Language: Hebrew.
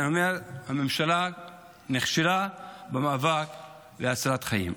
אני אומר, הממשלה נכשלה במאבק להצלת חיים.